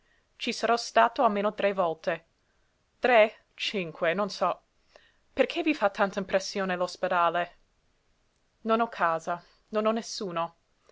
ci sarò stato almeno tre volte tre cinque non so perché vi fa tanta impressione l'ospedale non ho casa non ho nessuno